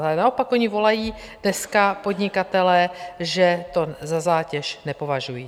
Ale naopak oni volají dneska podnikatelé, že to za zátěž nepovažují.